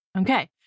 okay